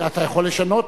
אתה יכול לשנות.